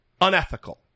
unethical